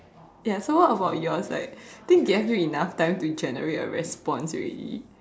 ya so what about yours right think I gave you enough time to generate a response already